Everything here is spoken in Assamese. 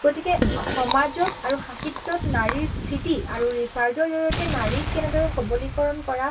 গতিকে সমাজত আৰু সাহিত্যত নাৰীৰ স্থিতি আৰু ৰিচাৰ্ছৰ জৰিয়তে নাৰীক কেনেদৰে সবলীকৰণ কৰা